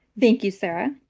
thank you, sarah.